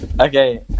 Okay